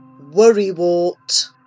Worrywart